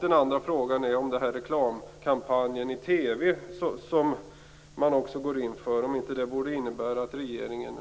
Den andra frågan är om inte den reklamkampanj i TV som man också går in för borde medföra att regeringen